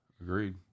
Agreed